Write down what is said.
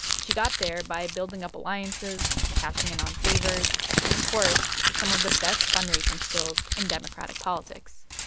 she got there by building up alliances, cashing in on favors and, of course, with some of the best fundraising skills in democratic politics.